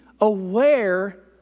aware